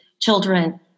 children